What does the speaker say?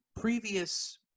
previous